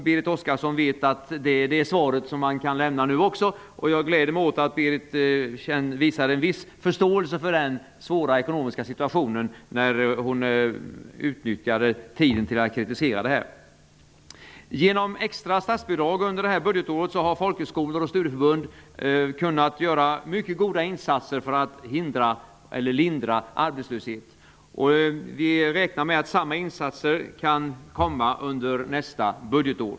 Berit Oscarsson vet att det är det svaret man kan lämna nu också. Jag gläder mig åt att hon visar en viss förståelse för den svåra ekonomiska situationen när hon utnyttjar tiden till att kritisera. Genom extra statsbidrag under detta budgetår har folkhögskolor och studieförbund kunnat göra mycket goda insatser för att lindra arbetslösheten. Vi räknar med att samma insatser kan komma under nästa budgetår.